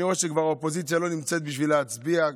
אני רואה שכבר האופוזיציה לא נמצאת בשביל להצביע,